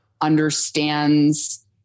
understands